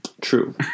True